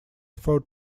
four